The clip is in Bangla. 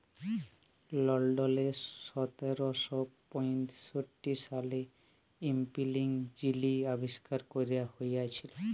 লল্ডলে সতের শ পঁয়ষট্টি সালে ইস্পিলিং যিলি আবিষ্কার ক্যরা হঁইয়েছিল